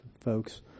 folks